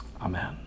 Amen